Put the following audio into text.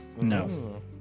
No